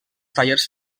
tallers